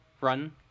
run